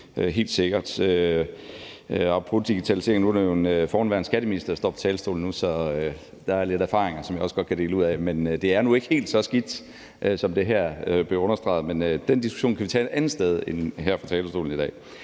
helt sikkert. Apropos digitalisering er det jo en forhenværende skatteminister, der står på talerstolen nu, så der er lidt erfaringer, som jeg også godt kan dele ud af, men det er nu ikke helt så skidt, som det her bliver understreget. Men den diskussion kan vi tage et andet sted end her i salen i dag.